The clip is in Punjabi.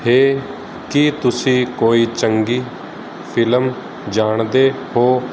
ਹੇ ਕੀ ਤੁਸੀਂ ਕੋਈ ਚੰਗੀ ਫਿਲਮ ਜਾਣਦੇ ਹੋ